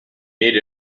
need